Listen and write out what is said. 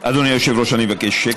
אדוני היושב-ראש, אני מבקש שקט.